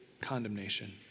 condemnation